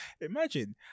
imagine